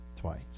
Twice